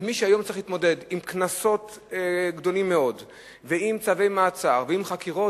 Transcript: ומי שהיום צריך להתמודד עם קנסות גדולים מאוד ועם צווי מעצר וחקירות,